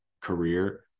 career